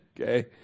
Okay